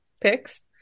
picks